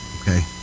Okay